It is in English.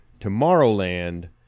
Tomorrowland